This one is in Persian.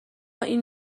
این